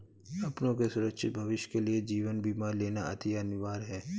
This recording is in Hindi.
अपनों के सुरक्षित भविष्य के लिए जीवन बीमा लेना अति अनिवार्य है